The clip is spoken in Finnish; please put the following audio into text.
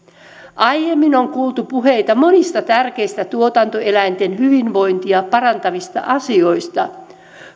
aiemmin on kuultu puheita monista tärkeistä tuotantoeläinten hyvinvointia parantavista asioista